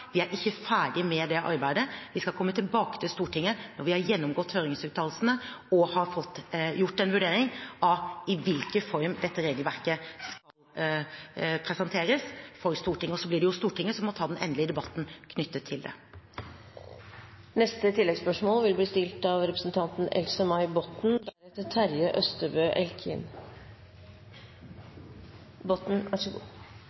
ikke er ferdige med det arbeidet. Vi skal komme tilbake til Stortinget når vi har gjennomgått høringsuttalelsene og gjort en vurdering av i hvilken form dette regelverket skal presenteres for Stortinget, og så blir det Stortinget som må ta den endelige debatten om det. Else-May Botten – til